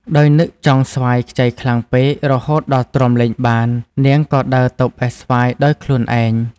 ដោយនឹកចង់ស្វាយខ្ចីខ្លាំងពេករហូតដល់ទ្រាំលែងបាន នាងក៏ដើរទៅបេះស្វាយដោយខ្លួនឯង ។